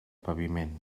paviment